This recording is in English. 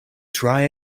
try